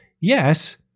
Yes